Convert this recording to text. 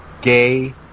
gay